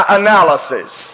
analysis